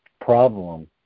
problem